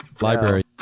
Library